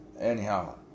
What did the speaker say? Anyhow